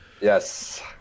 Yes